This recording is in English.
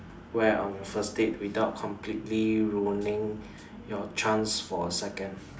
wear on your first date without completely ruining your chance for a second